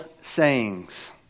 sayings